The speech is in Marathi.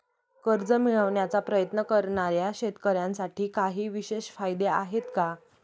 कर्ज मिळवण्याचा प्रयत्न करणाऱ्या शेतकऱ्यांसाठी काही विशेष फायदे आहेत का?